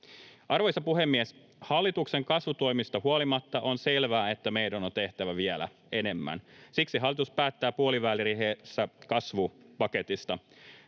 Arvoisa puhemies! Hallituksen kasvutoimista huolimatta on selvää, että meidän on tehtävä vielä enemmän. Siksi hallitus päättää puoliväliriihessään kasvupaketista.